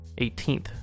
18th